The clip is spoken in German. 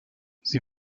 sie